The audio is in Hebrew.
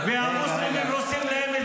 -- והמוסלמים עושים להם,